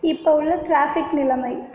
இப்போ உள்ள ட்ராஃபிக் நிலைமை